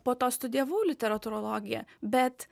po to studijavau literatūrologiją bet